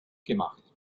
gemacht